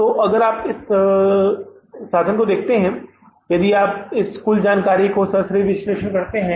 तो अगर आप इस साधन को देखते हैं यदि आप इस कुल जानकारी का सरसरी विश्लेषण करते हैं